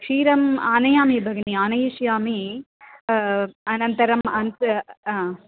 क्षीरम् आनयामि भगिनि आनयिष्यामि अनन्तरम् अन्तः